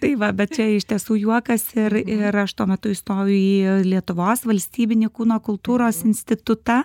tai va bet čia iš tiesų juokas ir ir aš tuo metu įstojau į lietuvos valstybinį kūno kultūros institutą